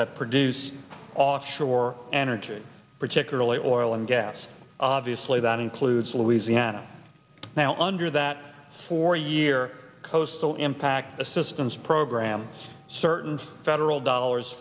that produce off shore energy particularly oil and gas obviously that includes louisiana now under that four year coastal impact assistance program certain federal dollars